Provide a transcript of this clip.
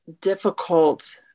difficult